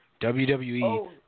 WWE